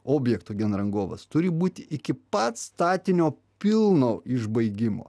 objekto genrangovas turi būti iki pat statinio pilno išbaigimo